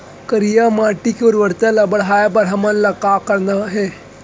करिया माटी के उर्वरता ला बढ़ाए बर हमन ला का करना हे?